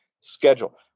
schedule